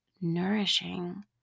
nourishing